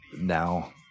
now